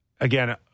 again